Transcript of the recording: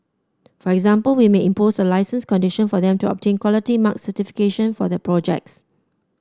for example we may impose a licence condition for them to obtain Quality Mark certification for their projects